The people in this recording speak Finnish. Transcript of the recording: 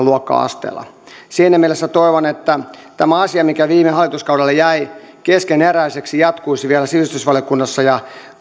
luokka asteella siinä mielessä toivon että tämä asia mikä viime hallituskaudella jäi keskeneräiseksi jatkuisi vielä sivistysvaliokunnassa ja